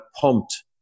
pumped